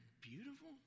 beautiful